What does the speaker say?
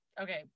Okay